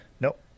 Nope